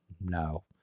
No